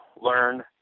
learn